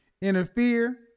interfere